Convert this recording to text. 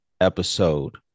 episode